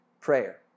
prayer